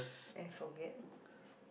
and forget